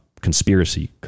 conspiracy